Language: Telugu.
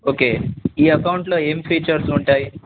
ఓకే ఈ అకౌంట్లో ఏం ఫీచర్స్ ఉంటాయి